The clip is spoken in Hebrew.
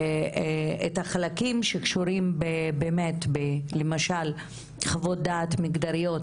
החלקים שקשורים למשל בחוות דעת מגדריות